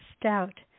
stout